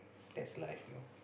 that's life you know